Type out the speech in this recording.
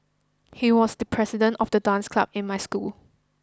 he was the president of the dance club in my school